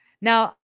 Now